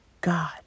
God